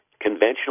conventional